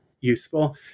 useful